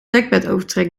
dekbedovertrek